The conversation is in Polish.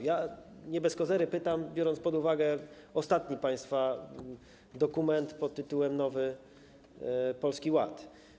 Ja nie bez kozery pytam, biorąc pod uwagę ostatni państwa dokument pt. nowy Polski Ład.